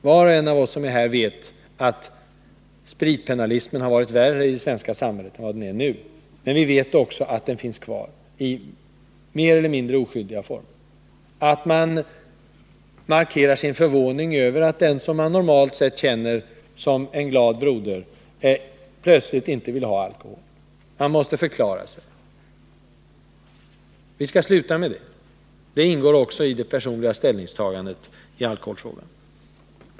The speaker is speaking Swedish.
Var och en av oss vet att spritpennalismen har varit värre i det svenska samhället än den är nu, men vi vet också att den finns kvar i mer eller mindre oskyldiga former, t.ex. att man visar förvåning över att den som man normalt känner som en glad broder plötsligt inte vill ha alkohol — han måste förklara sig. Vi skall sluta med det. Det ingår också i det personliga ställningstagandet i alkoholfrågan.